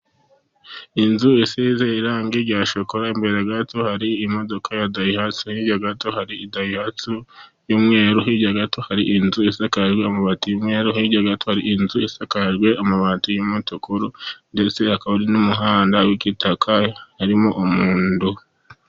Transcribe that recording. Inzu ya isize irangi rya shokora . Imbere gato hari imodoka ya dayihatsu. Hirya gato hari idahayitsu y'umweru. Hirya gato hari inzu isakajwe amabati y'umweru. Hirya gatohari inzu isakajwe amabati y'umutuku ndetse hakaba n'umuhanda w'igitaka harimo umuhondo.